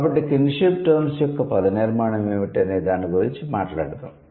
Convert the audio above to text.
కాబట్టి kinship terms యొక్క పద నిర్మాణం ఏమిటి అనే దాని గురించి మాట్లాడుతాము